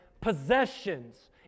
possessions